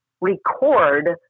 record